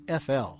FL